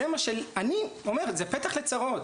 זה מה שלי --- אני אומר: זה פתח לצרות.